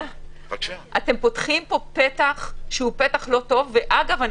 אתם פותחים פה פתח לא טוב ואגב,